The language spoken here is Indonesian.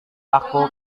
aku